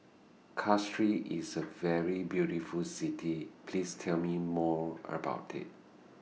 Castries IS A very beautiful City Please Tell Me More about IT